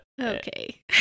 Okay